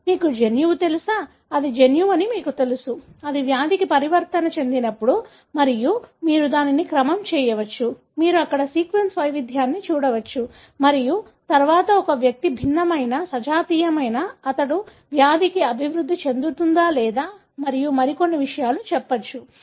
కాబట్టి మీకు జన్యువు తెలుసా అది జన్యువు అని మీకు తెలుసు అది వ్యాధికి పరివర్తన చెందినప్పుడు మరియు మీరు దానిని క్రమం చేయవచ్చు మీరు అక్కడ సీక్వెన్స్ వైవిధ్యాన్ని చూడవచ్చు మరియు తరువాత ఒక వ్యక్తి భిన్నమైన సజాతీయమైన అతను చేస్తాడావ్యాధి అభివృద్ధి చెందుతుందా లేదా మరియు మరికొన్ని విషయాలు చెప్పవచ్చు